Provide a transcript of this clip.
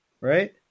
right